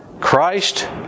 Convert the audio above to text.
Christ